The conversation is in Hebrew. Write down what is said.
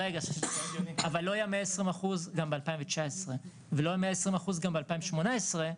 אבל לא היה 120% גם ב-2019 ולא היה 120% גם ב-2018.